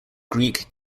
greek